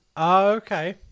Okay